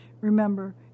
remember